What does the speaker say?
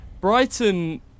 Brighton